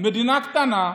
מדינה קטנה,